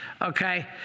okay